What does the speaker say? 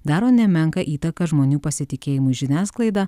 daro nemenką įtaką žmonių pasitikėjimui žiniasklaida